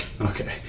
Okay